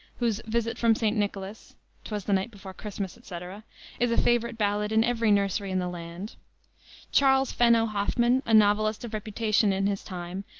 whose visit from st. nicholas twas the night before christmas, etc is a favorite ballad in every nursery in the land charles fenno hoffman, a novelist of reputation in his time,